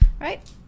right